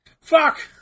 Fuck